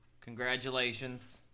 congratulations